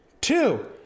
Two